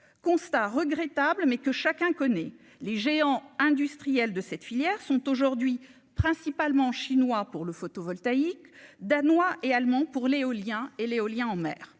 constat regrettable mais que chacun connaît les géants industriels de cette filière sont aujourd'hui principalement chinois pour le photovoltaïque danois et allemands pour l'éolien et l'éolien en mer